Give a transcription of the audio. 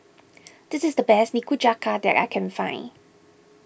this is the best Nikujaga that I can find